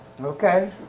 okay